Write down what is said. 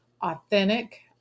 authentic